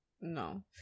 No